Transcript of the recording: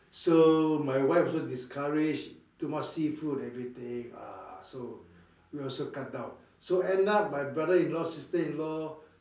so my wife also discourage too much seafood everything ah so we also cut down so end up my brother-in-law sister-in-law